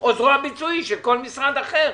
הוא יבוא לפה עם עוד דברים אחרים,